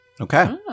Okay